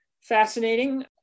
fascinating